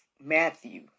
Matthew